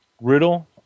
Riddle